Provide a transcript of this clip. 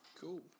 Cool